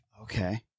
Okay